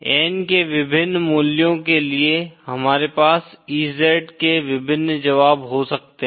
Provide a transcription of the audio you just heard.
n के विभिन्न मूल्यों के लिए हमारे पास EZ के विभिन्न जवाब हो सकते हैं